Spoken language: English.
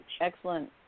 Excellent